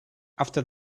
after